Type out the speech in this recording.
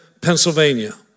Pennsylvania